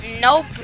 Nope